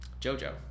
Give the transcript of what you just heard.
Jojo